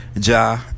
Ja